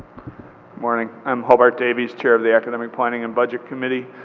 morning, i'm hobart davies, chair of the academic planning and budget committee.